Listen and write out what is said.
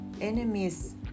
enemies